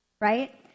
right